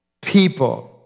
people